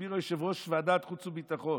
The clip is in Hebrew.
הסביר יושב-ראש ועדת החוץ והביטחון,